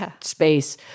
space